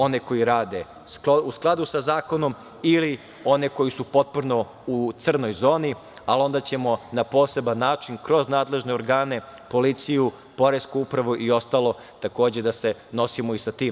one koji rade u skladu sa zakonom ili one koji su potpuno u crnoj zoni, ali onda ćemo na poseban način, kroz nadležne organe, policiju, poresku upravu i ostalo, takođe da se nosimo i sa tim.